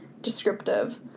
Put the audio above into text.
descriptive